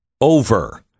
over